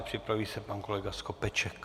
Připraví se pan kolega Skopeček.